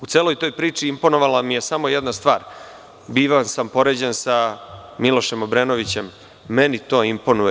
U celoj toj priči imponovala mi je samo jedna stvar, bivao sam poređen sa Milošem Obrenovićem i meni to imponuje.